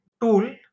tool